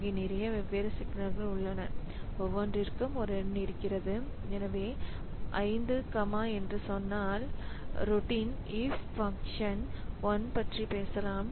அங்கே நிறைய வெவ்வேறு சிக்னல்கள் உள்ளன ஒவ்வொன்றிற்கும் ஒரு எண் இருக்கிறது எனவே 5 கமா என்று சொன்னால் ரோட்டின் if ஃபங்ஷன் 1 பற்றி பேசலாம்